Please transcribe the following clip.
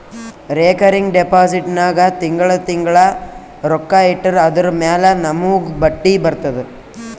recurring deposit ನಾಗ್ ತಿಂಗಳಾ ತಿಂಗಳಾ ರೊಕ್ಕಾ ಇಟ್ಟರ್ ಅದುರ ಮ್ಯಾಲ ನಮೂಗ್ ಬಡ್ಡಿ ಬರ್ತುದ